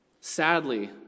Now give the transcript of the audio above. Sadly